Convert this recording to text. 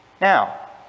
Now